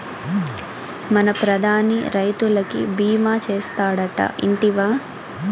మన ప్రధాని రైతులకి భీమా చేస్తాడటా, ఇంటివా